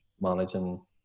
managing